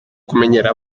kumenyera